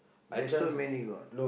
there's so many god